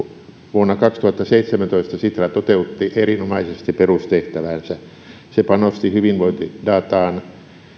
vuonna kaksituhattaseitsemäntoista sitra toteutti erinomaisesti perustehtäväänsä se panosti hyvinvointidataan